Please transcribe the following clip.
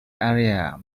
area